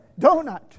donut